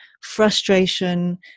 frustration